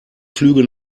flüge